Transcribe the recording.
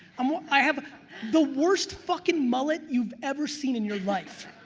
i'm wal. i have the worst fuckin' mullet you've ever seen in your life.